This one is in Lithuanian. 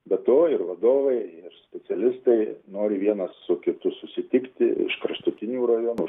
be to ir vadovai ir specialistai nori vienas su kitu susitikti iš kraštutinių rajonų